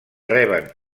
reben